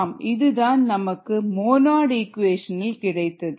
ஆம் இதுதான் நமக்கு மோநாடு ஈக்குவேஷன் இல் கிடைத்தது